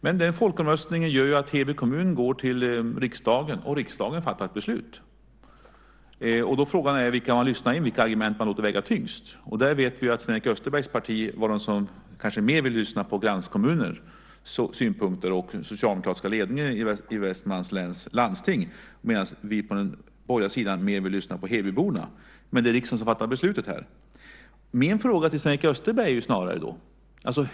Men den folkomröstningen gör att Heby kommun går till riksdagen, och riksdagen fattar ett beslut. Frågan är vilka argument man låter väga tyngst. Vi vet att Sven-Erik Österbergs parti ville mer lyssna på kranskommunernas synpunkter och den socialdemokratiska ledningen i Västmanlands läns landsting medan vi på den borgerliga sidan ville lyssna på hebyborna. Men det är riksdagen som fattar beslutet.